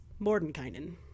Mordenkainen